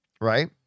right